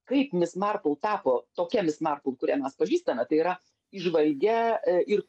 kaip mis marpl tapo tokia mis marpl kurią mes pažįstame tai yra įžvalgia ir